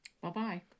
bye-bye